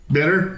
Better